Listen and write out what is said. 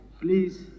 please